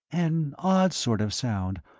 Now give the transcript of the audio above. an odd sort of sound,